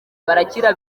barakira